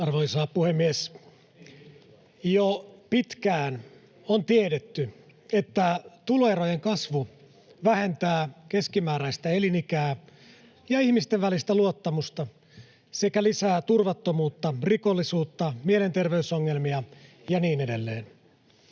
Arvoisa puhemies! Jo pitkään on tiedetty, että tuloerojen kasvu vähentää keskimääräistä elinikää ja ihmisten välistä luottamusta sekä lisää turvattomuutta, rikollisuutta, mielenterveysongelmia ja niin edelleen.